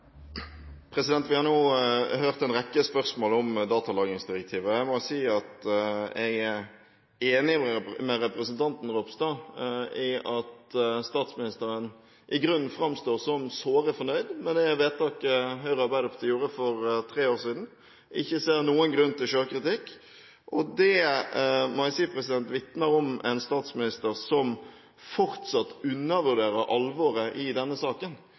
Vi har nå hørt en rekke spørsmål om datalagringsdirektivet, og jeg må si at jeg er enig med representanten Ropstad i at statsministeren i grunnen framstår som såre fornøyd med det vedtaket Høyre og Arbeiderpartiet gjorde for tre år siden, og ikke ser noen grunn til selvkritikk. Det må jeg si vitner om en statsminister som fortsatt undervurderer alvoret i denne saken.